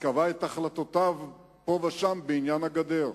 קבע את החלטותיו פה ושם בעניין הגדר.